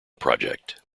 project